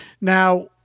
now